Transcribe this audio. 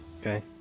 Okay